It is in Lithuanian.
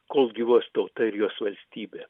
kol gyvuos tauta ir jos valstybė